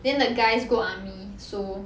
then the guys go army so